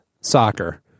soccer